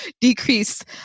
decreased